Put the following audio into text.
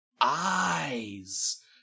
eyes